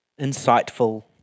insightful